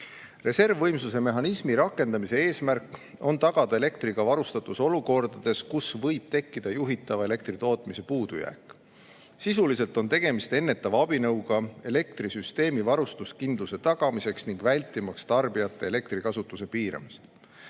Reservvõimsuse mehhanismi rakendamise eesmärk on tagada elektriga varustatus olukordades, kus võib tekkida juhitava elektritootmise puudujääk. Sisuliselt on tegemist ennetava abinõuga elektrisüsteemi varustuskindluse tagamiseks ning tarbijate elektrikasutuse piiramise